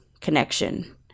connection